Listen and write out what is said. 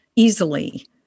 easily